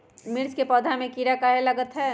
मिर्च के पौधा में किरा कहे लगतहै?